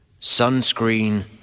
sunscreen